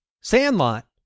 Sandlot